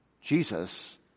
Jesus